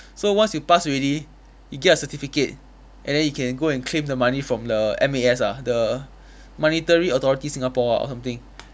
so once you pass already you get a certificate and then you can go and claim the money from the M_A_S ah the monetary authority singapore or something